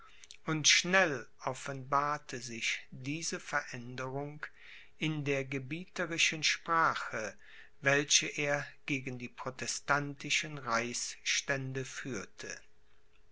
und schnell offenbarte sich diese veränderung in der gebieterischen sprache welche er gegen die protestantischen reichsstände führte